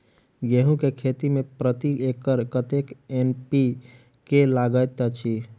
गेंहूँ केँ खेती मे प्रति एकड़ कतेक एन.पी.के लागैत अछि?